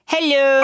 Hello